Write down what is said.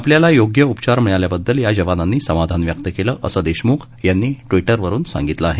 आपल्याला योग्य उपचार मिळाल्याबद् ल या जवानांनी समाधान व्यक्त केलं असं शम्ख यांनी ट्विटरवरून सांगितलं आहे